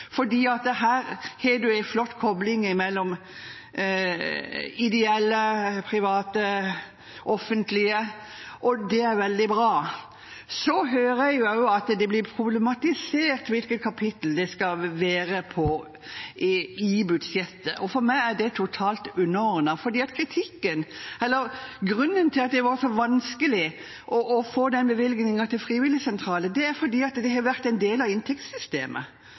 her har man en flott kopling mellom det ideelle, private og offentlige, og det er veldig bra. Jeg hører at det blir problematisert hvilket kapittel det skal være på i budsjettet. For meg er det totalt underordnet, for grunnen til at det var så vanskelig å få den bevilgningen til frivilligsentraler, er at det har vært en del av inntektssystemet.